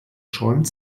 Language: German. schäumt